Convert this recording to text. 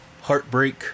heartbreak